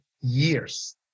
years